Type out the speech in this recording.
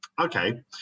Okay